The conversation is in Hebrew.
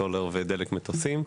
סולר ודלק מטוסים.